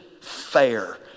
fair